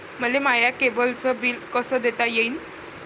मले माया केबलचं बिल कस देता येईन?